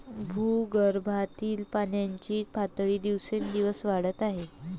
भूगर्भातील पाण्याची पातळी दिवसेंदिवस वाढत आहे